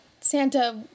santa